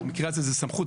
במקרה הזה זו סמכות,